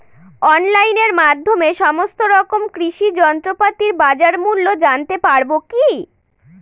অনলাইনের মাধ্যমে সমস্ত রকম কৃষি যন্ত্রপাতির বাজার মূল্য জানতে পারবো কি?